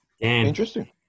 Interesting